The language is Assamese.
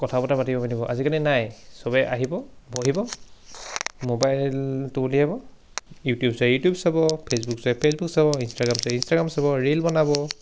কথা বতৰা পাতিব পাৰিব আজিকালি নাই চবেই আহিব বহিব মোবাইলটো উলিয়াব ইউটিউব চোৱাই ইউটিউব চাব ফে'চবুক চোৱাই ফে'চবুক চাব ইনষ্টাগ্ৰাম চোৱাই ইনষ্টাগ্ৰাম চাব ৰীল বনাব